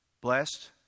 blessed